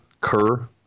cur